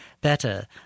better